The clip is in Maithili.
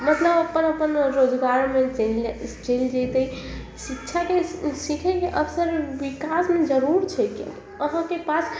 मतलब अपन अपन रोजगारमे चलि चलि जैतै शिक्षाके सीखयके अबसर विकासमे जरूर छै अहाँके पास